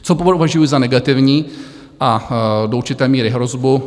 Co považuji za negativní a do určité míry hrozbu.